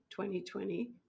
2020